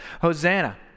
Hosanna